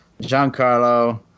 Giancarlo